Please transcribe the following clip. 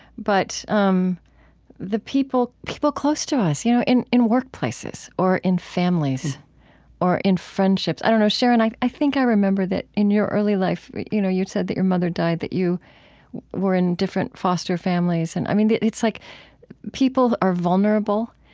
but um the people people close to us you know in in workplaces or in families or in friendships i don't know. sharon, i i think i remember that in your early life you know you said that your mother died that you were in different foster families. and i mean, it's like people are vulnerable,